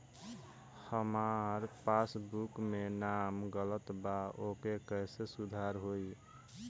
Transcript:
हमार पासबुक मे नाम गलत बा ओके कैसे सुधार होई?